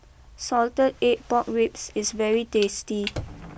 Salted Egg Pork Ribs is very tasty